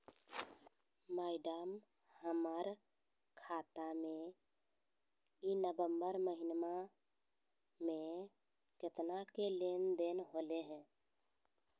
madam, हमर खाता में ई नवंबर महीनमा में केतना के लेन देन होले है